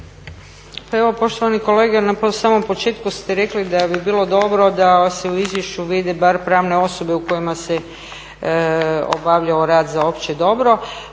evo poštovani kolega na samom početku ste rekli da bi bilo dobro da se u izvješću vidi bar pravne osobe u kojima se obavljao rad za opće dobro.